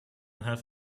have